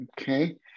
Okay